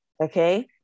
Okay